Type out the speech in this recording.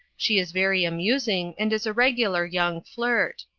she is very amusing and is a regular young flirt.